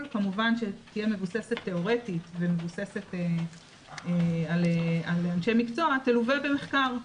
כמובן שתהיה מבוססת תיאורטית ומבוססת על אנשי מקצוע תלווה במחקר,